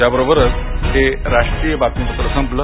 याबरोबरच हे राष्ट्रीय बातमीपत्र संपलं